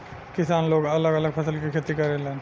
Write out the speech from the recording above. किसान लोग अलग अलग फसल के खेती करेलन